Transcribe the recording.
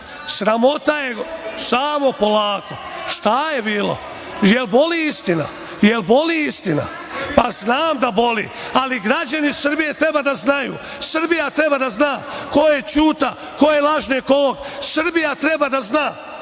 dobacuju.)Samo polako, šta je bilo? Jel boli istina? Pa, znam da boli, ali građani Srbije treba da znaju, Srbija treba da zna ko je Ćuta, ko je lažni ekolog. Srbija treba da zna